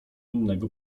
innego